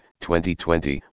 2020